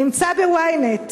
נמצא ב-ynet,